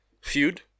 feud